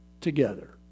together